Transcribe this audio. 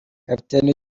kapiteni